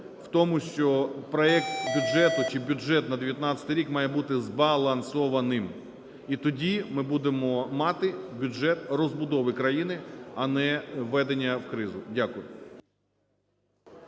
в тому, що проект бюджету, чи бюджет на 19-й рік, має були збалансованим. І тоді ми будемо мати бюджет розбудови країни, а не введення в кризу. Дякую.